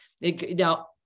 Now